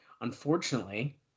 Unfortunately